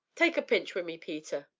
tak' a pinch wi' me, peter.